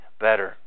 better